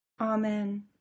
Amen